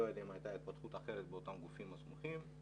לא יודע אם הייתה התפתחות אחרת באותם גופים סמוכים,